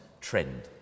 trend